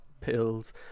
pills